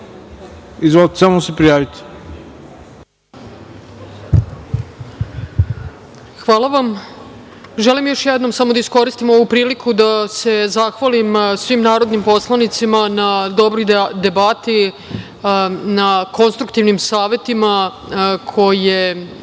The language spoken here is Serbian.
Brnabić. **Ana Brnabić** Hvala vam. Želim još jednom samo da iskoristim ovu priliku da se zahvalim svim narodnim poslanicima na dobroj debati, na konstruktivnim savetima kojima